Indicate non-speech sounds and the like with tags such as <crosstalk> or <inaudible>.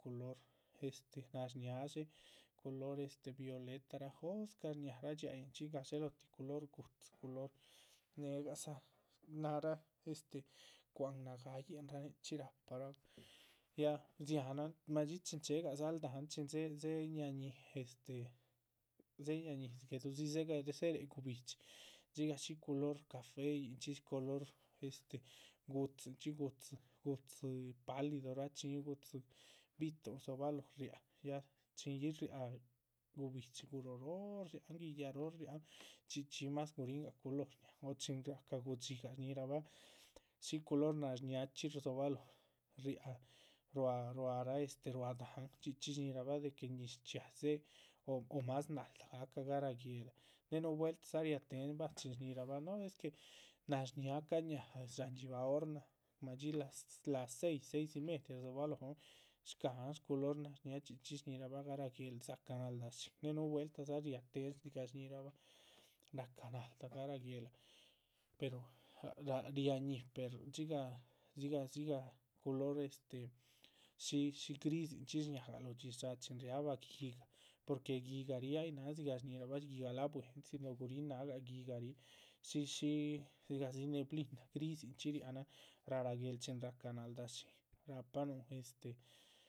Culor este nashñáah dxé, culor este violetarah, jóscah shñáharaa dxiáayinchxi gadxélotihi culor gu´dzi, culor néhegadza náhara este cwa´han nagáayinrah. nichxí rahparabah, yah dzihanan madxí chin chéhegadzal dahán chin dzéhe dzéhe ñia´ñih, este dzéhe ñia´ñih guédudzi dzéhere guhbi´dxi, dxigah shí culor cafeyinchxi. culor este gu´dzinchxi gu´dzi gu´dzi pálido rachiñíhinuh gu´dzi, bi´tuhn rdzobalóho riáha, ya chin ríhi riáha guhbi´dxi guróho róo riáhan guiyaha róho. riáhan chxí chxí yih más guríhingah culor shñáhan, o chin rahca gudxígah, shñíhirabah shi culor nashñáahchxi, rdzobalóho riáha ruá ruárah este ruá dahán chxí chxí. shñíhirabah de que ñiz chxíaa dzéhe o más naldáh gahca garáh guéhla, née núhu vueltahdza, shtéhen nah chin shñíhirabah no es que nashñáah cañáha sháhan dxíbaha. or náha, madxí las seis, seis y media rdzobalóhon shcáhan shculor nashñáah chxí chxí shñíhirabah garáh guéhl dzácah naldah shín, née núhu vueltahdza riatéhen. dzigah shñíhirabah ráhca naldah garáh guéhla, pero <unintelligible> riáñih pero dxigah dxigah dzigah culor este shí shí grisinchxí shñáhagah lóho dxíshaa chin riábah. gui´gah, porque gui´gah ríhi ay náhan dzigah shñíhirabah guiyáha la´buehen si no guríhin náhagah gui´gah ríhi, shí shí dzigahdzi neblina gridzinchxi. riáhanan raráh guéhl chin ráhca naldah shín rahpanuh este.